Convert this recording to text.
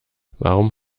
warum